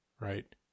Right